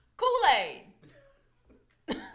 Kool-Aid